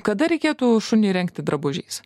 kada reikėtų šunį įrengti drabužiais